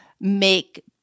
make